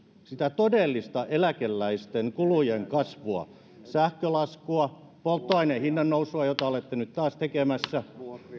sitä todellista eläkeläisten kulujen kasvua sähkölaskua polttoaineen hinnannousua jota olette nyt taas tekemässä